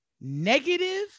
negative